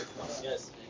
Yes